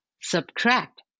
subtract